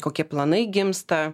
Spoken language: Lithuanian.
kokie planai gimsta